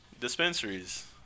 dispensaries